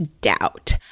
doubt